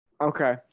okay